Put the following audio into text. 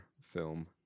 film